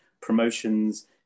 promotions